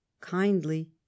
kindly